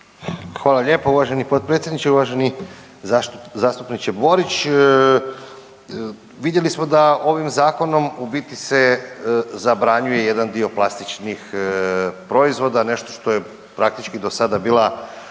Hvala lijepo uvaženi potpredsjedniče. Uvaženi zastupniče Borić, vidjeli smo da ovim zakonom u biti se zabranjuje jedan dio plastičnih proizvoda, nešto što je praktički do sada bila